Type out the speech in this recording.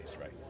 right